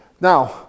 Now